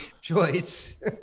choice